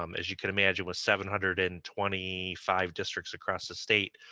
um as you can imagine with seven hundred and twenty five districts across the state,